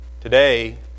today